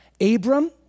Abram